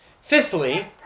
Fifthly